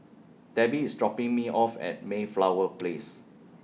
Debbie IS dropping Me off At Mayflower Place